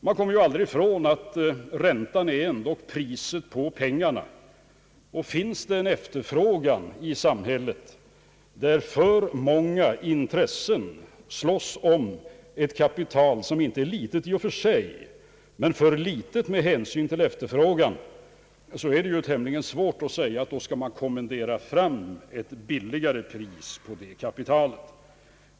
Man kommer aldrig ifrån att räntan är priset på pengar. Om efterfrågan på pengar är så stor i samhället, att många intressen kämpar om ett kapital som inte är litet i och för sig men som är för litet med hänsyn till efterfrågan, är det svårt att kommendera fram ett lägre pris på kapitalet.